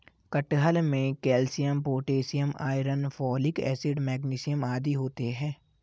कटहल में calcium potassium iron folic acid magnesium आदि होते हैं